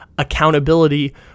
Accountability